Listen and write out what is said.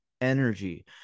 energy